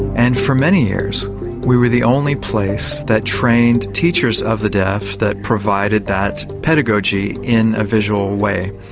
and for many years we were the only place that trained teachers of the deaf that provided that pedagogy in a visual way.